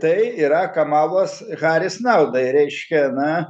tai yra kamalos haris naudai reiškia na